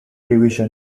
division